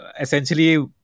essentially